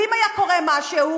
ואם היה קורה משהו?